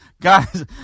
guys